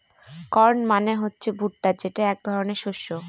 corn মানে হচ্ছে ভুট্টা যেটা এক ধরনের শস্য